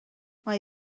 mae